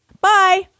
Bye